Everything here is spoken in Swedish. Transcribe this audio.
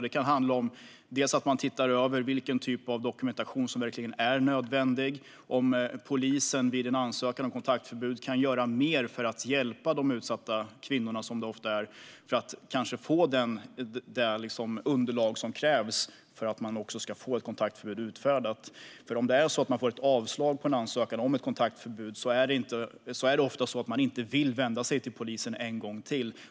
Det kan handla om att se över vilken typ av dokumentation som verkligen är nödvändig och om att polisen vid en ansökan om kontaktförbud kan göra mer för att hjälpa de utsatta kvinnorna - som det ofta handlar om - att få det underlag som krävs för att de ska få ett kontaktförbud utfärdat. Om man får ett avslag på en ansökan om ett kontaktförbud vill man ofta inte vända sig till polisen en gång till.